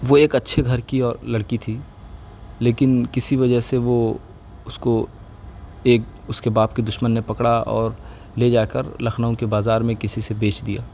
وہ ایک اچھے گھر کی لڑکی تھی لیکن کسی وجہ سے وہ اس کو ایک اس کے باپ کے دشمن نے پکڑا اور لے جا کر لکھنؤ کے بازار میں کسی سے بیچ دیا